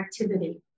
activity